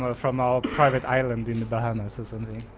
ah from our private island in the bahamas or something.